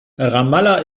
ramallah